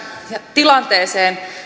tilanteeseen